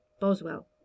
Boswell